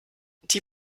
die